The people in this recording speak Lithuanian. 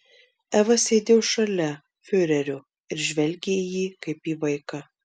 eva sėdėjo šalia fiurerio ir žvelgė į jį kaip į vaiką